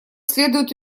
следует